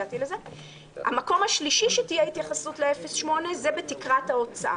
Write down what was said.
המקום השלישי שתהיה התייחסות ל-0.8 הוא בתקרת ההוצאה.